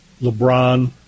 LeBron